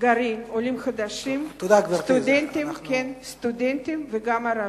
גרים עולים חדשים, סטודנטים וגם ערבים.